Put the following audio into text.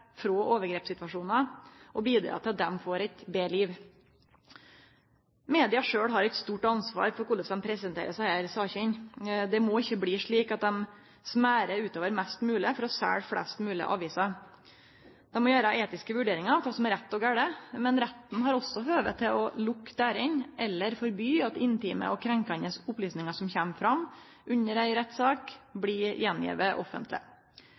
frå overgrepssituasjonar og bidra til at dei får eit betre liv. Media har eit stort ansvar for korleis dei presenterer desse sakene. Det må ikkje bli slik at dei smør utover mest mogleg for å selje flest mogleg aviser. Dei må gjere etiske vurderingar av kva som er rett og gale. Men retten har også høve til å lukke dørene eller forby at intime og krenkjande opplysningar som kjem fram i ei rettssak, blir gjevne att offentleg.